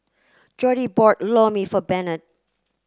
Jordi bought Lor Mee for Bennett